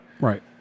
Right